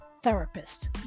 therapist